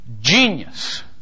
genius